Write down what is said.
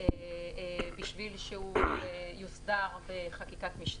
בשביל שהוא יוסדר בחקיקת משנה.